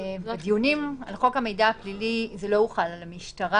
בדיונים על חוק המידע הפלילי זה לא הוחל על המשטרה.